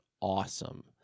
awesome